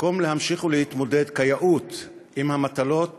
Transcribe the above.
במקום להמשיך ולהתמודד כיאות עם המטלות